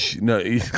no